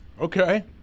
Okay